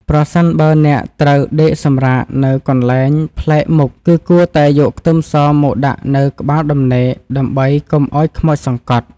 ប្រសិនបើអ្នកត្រូវដេកសម្រាកនៅកន្លែងប្លែកមុខគឺគួរតែយកខ្ទឹមសមកដាក់នៅក្បាលដំណេកដើម្បីកុំឱ្យខ្មោចសង្កត់។